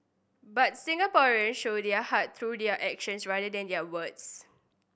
but Singaporean show their heart through their actions rather than their words